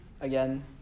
again